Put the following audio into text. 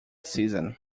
season